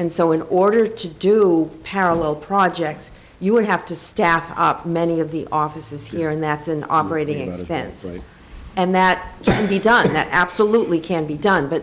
and so in order to do parallel projects you would have to staff up many of the offices here and that's an operating spencer and that can be done that absolutely can be done but